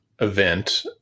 event